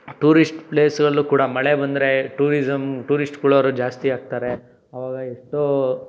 tourist ಪ್ಲೇಸಲ್ಲೂ ಕೂಡ ಮಳೆ ಬಂದರೆ ಟೂರಿಸಂ ಟೂರಿಸ್ಟ್ಗಳೋರು ಜಾಸ್ತಿ ಆಗ್ತಾರೆ ಅವಾಗ ಎಷ್ಟೋ